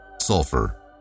Sulfur